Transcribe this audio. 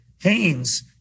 Haynes